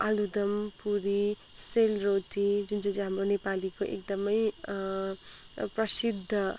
आलुदम पुरी सेलरोटी जुन चाहिँ चाहिँ हाम्रो नेपालीको एकदमै प्रसिद्ध